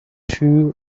two